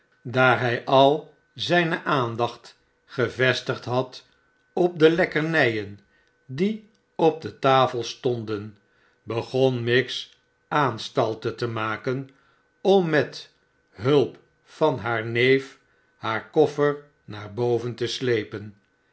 daar hij al zijne aandacht gevestigd had op de lekkernijen die op de tafel stonden begon miggs aanstalten te maken om met hulp van haar neef haar koffer naar boven te slepen